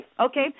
okay